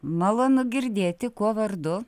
malonu girdėti kuo vardu